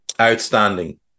outstanding